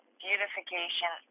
beautification